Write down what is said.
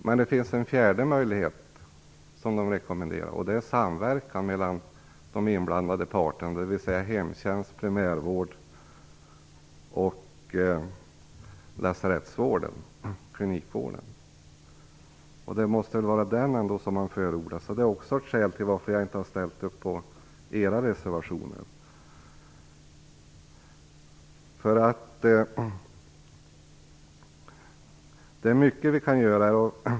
Det finns också en fjärde möjlighet som rekommenderas i ÄDEL-rapporten, nämligen samverkan mellan de inblandade parterna, dvs. hemtjänsten, primärvården och klinikvården. Den senare möjligheten måste väl vara att förorda. Det är också ett skäl till att jag inte har ställt mig bakom Det är mycket som vi kan göra.